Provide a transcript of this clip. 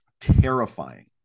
Terrifying